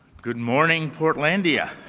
good morning, portlandia!